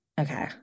Okay